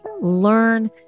learn